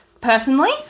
personally